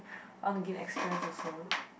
want to get the experience also